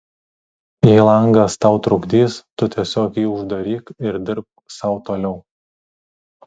jei langas tau trukdys tu tiesiog jį uždaryk ir dirbk sau toliau